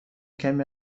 کمی